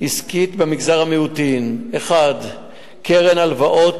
עסקית במגזר המיעוטים: 1. קרן הלוואות